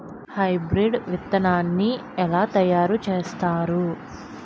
Hybrid విత్తనాన్ని ఏలా తయారు చేస్తారు?